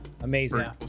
Amazing